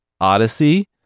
odyssey